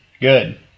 good